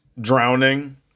drowning